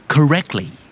Correctly